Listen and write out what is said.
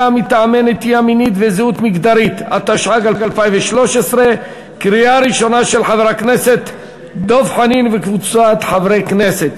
6), התשע"ג 2013, לוועדת החוץ והביטחון נתקבלה.